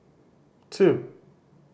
two